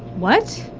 what?